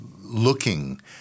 looking